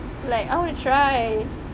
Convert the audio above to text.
like I want to try